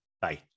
Bye